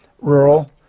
rural